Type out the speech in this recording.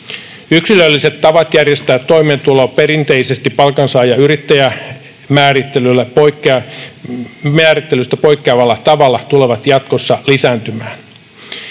Yksilölliset tavat järjestää toimeentulo perinteisestä palkansaaja—yrittäjä-määrittelystä poikkeavalla tavalla tulevat jatkossa lisääntymään.